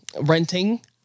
renting